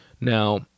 Now